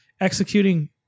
Executing